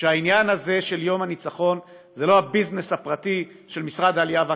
שהעניין הזה של יום הניצחון זה לא הביזנס הפרטי של משרד העלייה והקליטה,